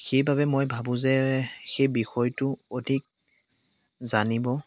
সেইবাবে মই ভাবোঁ যে সেই বিষয়টো অধিক জানিব